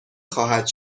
خواهد